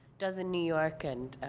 does in new york and,